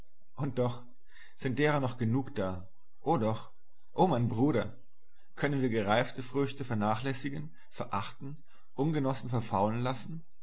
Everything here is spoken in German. und doch sind deren noch genug da und doch o mein bruder können wir gereifte früchte vernachlässigen verachten ungenossen verfaulen lassen